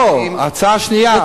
לא, ההצעה השנייה.